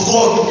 God